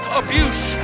abuse